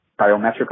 biometric